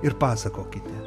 ir pasakokite